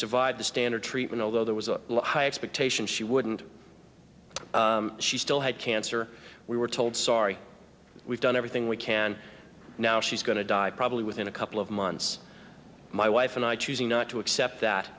survived the standard treatment although there was a high expectation she wouldn't she still had cancer we were told sorry we've done everything we can now she's going to die probably within a couple of months my wife and i choosing not to accept that